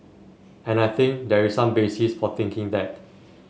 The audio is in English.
and I think there is some basis for thinking that